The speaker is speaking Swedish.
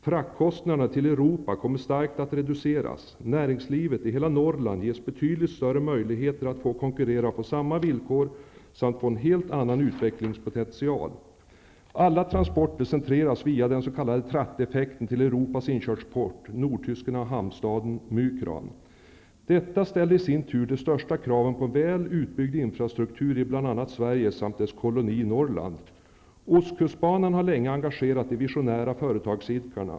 Fraktkostnaderna till Europa kommer starkt att reduceras. -- Näringslivet i hela Norrland ges betydligt större möjligheter att konkurrera på samma villkor samt att få en helt annan utvecklingspotential. Ostkustbanan har länge engagerat de visionära företagsidkarna.